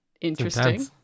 Interesting